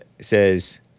says